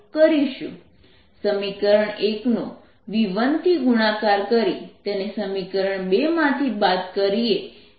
v2EI ERv1ET સમીકરણ 1 નો v1 થી ગુણાકાર કરી તેને સમીકરણ 2 માંથી બાદ કરીએ